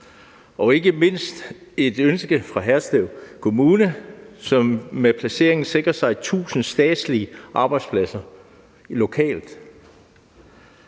på grund af et ønske fra Haderslev Kommune, som med placeringen sikrer sig 1.000 statslige arbejdspladser lokalt.